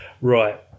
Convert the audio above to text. Right